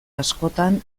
askotan